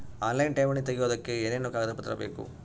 Online ಠೇವಣಿ ತೆಗಿಯೋದಕ್ಕೆ ಏನೇನು ಕಾಗದಪತ್ರ ಬೇಕು?